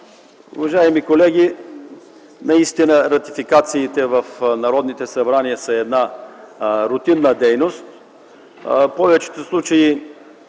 Уважаеми колеги, наистина ратификациите в народните събрания са рутинна дейност.